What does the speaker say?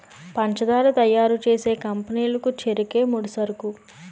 పంచదార తయారు చేసే కంపెనీ లకు చెరుకే ముడిసరుకు